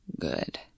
good